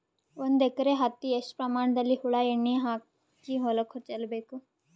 ಒಂದು ಎಕರೆ ಹತ್ತಿ ಎಷ್ಟು ಪ್ರಮಾಣದಲ್ಲಿ ಹುಳ ಎಣ್ಣೆ ಹಾಕಿ ಹೊಲಕ್ಕೆ ಚಲಬೇಕು?